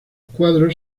cuadros